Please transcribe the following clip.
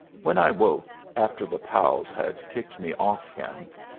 when i woke, after the pals had kicked me off him,